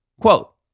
Quote